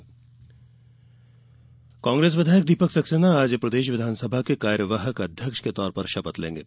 कार्यवाहक विधानसभा अध्यक्ष कांग्रेस विधायक दीपक सक्सेना आज प्रदेश विधानसभा के कार्यवाहक अध्यक्ष के तौर पर शपथ लेंगे